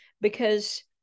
because-